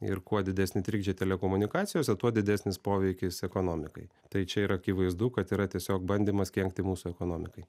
ir kuo didesni trikdžiai telekomunikacijose tuo didesnis poveikis ekonomikai tai čia yra akivaizdu kad yra tiesiog bandymas kenkti mūsų ekonomikai